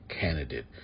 candidate